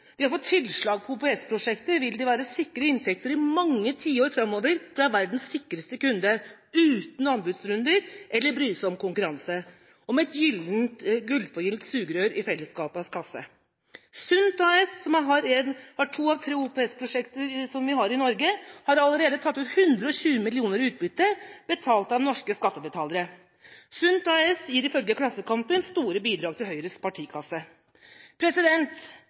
Ved å få tilslag på OPS-prosjekter vil de være sikret inntekter i mange tiår framover, fra verdens sikreste kunde, uten anbudsrunder eller brysom konkurranse og med et gullforgylt sugerør i fellesskapets kasse. Sundt AS, som har to av tre OPS-prosjekter i Norge, har allerede tatt ut 120 mill. kr i utbytte, betalt av norske skattebetalere. Sundt AS gir – ifølge Klassekampen – store bidrag til Høyres partikasse.